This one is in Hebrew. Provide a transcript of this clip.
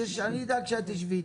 תשאלי אותם כאשר תיפגשי איתם.